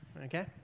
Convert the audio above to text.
Okay